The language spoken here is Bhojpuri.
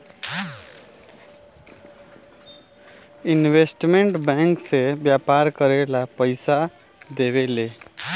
इन्वेस्टमेंट बैंक से व्यापार करेला पइसा देवेले